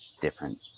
different